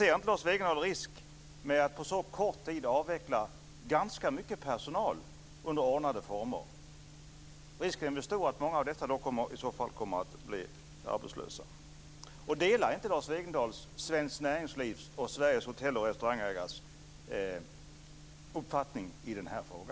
Ser inte Lars Wegendal risk med att på så kort tid avveckla ganska mycket personal under ordnade former? Risken består i att många av dessa i så fall kommer att bli arbetslösa. Delar Lars Wegendal inte svenskt näringslivs och Sveriges hotell och restaurangägares uppfattning i denna fråga?